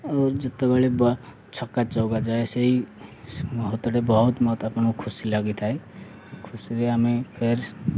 ଆଉ ଯେତେବେଳେ ଛକା ଚଉକା ଯାଏ ସେଇ ମୁହୂର୍ତ୍ତଟି ବହୁତ ମଧ୍ୟ ଆପଣଙ୍କୁ ଖୁସି ଲାଗିଥାଏ ଖୁସିରେ ଆମେ ଫେର୍